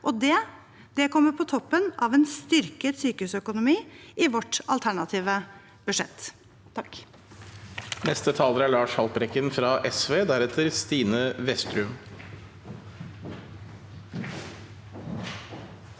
det kommer på toppen av en styrket sykehusøkonomi i vårt alternative budsjett.